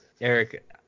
Eric